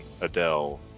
Adele